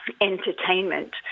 entertainment